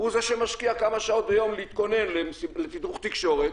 הוא זה שמשקיע כמה שעות ביום להתכונן לתדרוך תקשורת